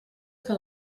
que